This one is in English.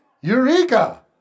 Eureka